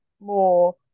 more